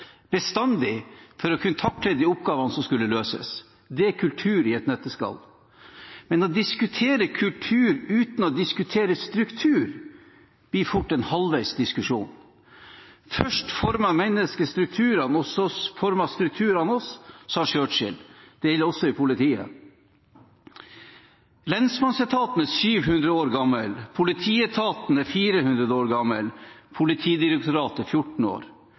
bestandig for å kunne takle de oppgavene som skulle løses, er kultur i et nøtteskall. Men å diskutere kultur uten å diskutere struktur blir fort en halvveis diskusjon. Først formet mennesket strukturene, og så formet strukturene oss, sa Churchill. Det gjelder også i politiet. Lensmannsetaten er 800 år gammel. Politietaten er 400 år gammel – Politidirektoratet 14 år.